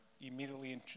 immediately